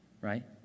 right